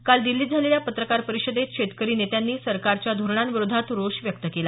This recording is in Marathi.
काल दिल्लीत झालेल्या पत्रकार परिषदेत शेतकरी नेत्यांनी सरकारच्या धोरणांविरोधात रोष व्यक्त केला